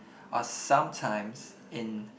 or sometimes in